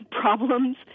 problems